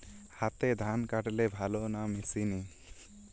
হাতে ধান কাটলে ভালো না মেশিনে?